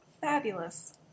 fabulous